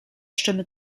stimme